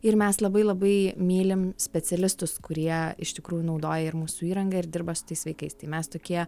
ir mes labai labai mylim specialistus kurie iš tikrųjų naudoja ir mūsų įrangą ir dirba su tais vaikais tai mes tokie